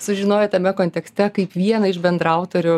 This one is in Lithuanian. sužinojo tame kontekste kaip vieną iš bendraautorių